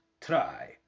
Try